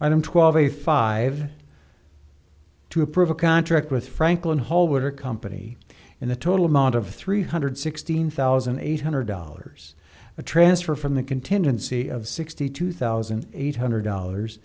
item twelve a five to approve a contract with franklin hall with her company in the total amount of three hundred sixteen thousand eight hundred dollars a transfer from the contingency of sixty two thousand eight hundred dollars